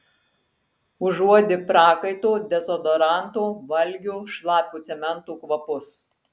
užuodi prakaito dezodoranto valgio šlapio cemento kvapus